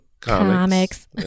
comics